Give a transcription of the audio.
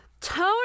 tony